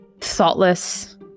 Thoughtless